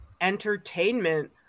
entertainment